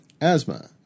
Asthma